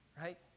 right